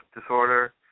disorder